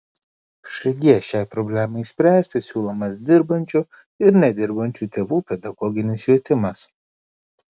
šg šiai problemai spręsti siūlomas dirbančių ir nedirbančių tėvų pedagoginis švietimas